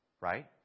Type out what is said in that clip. Right